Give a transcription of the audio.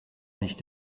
nicht